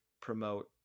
promote